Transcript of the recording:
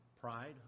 pride